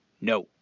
No